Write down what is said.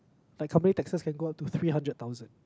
my company taxes can go up to three hundred thousand